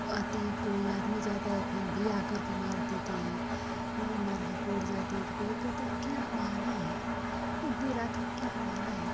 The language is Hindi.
आते हैं कोई आदमी जाता है फिर भी आकर के मार देते हैं मारकर के उड़ जाते हैं तो कोई कहता है क्या मारा है इतनी रात को क्या मारा है